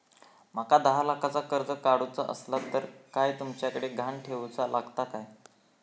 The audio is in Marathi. माका दहा लाखाचा कर्ज काढूचा असला तर काय तुमच्याकडे ग्हाण ठेवूचा लागात काय?